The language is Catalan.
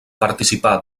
participà